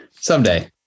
Someday